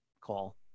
call